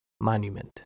Monument